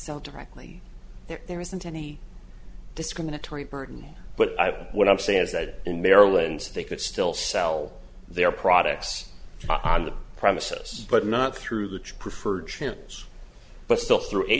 sell directly there there isn't any discriminatory burden but what i'm saying is that in maryland they could still sell their products on the premises but not through the preferred shares but still through a